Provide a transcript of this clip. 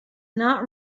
not